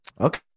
Okay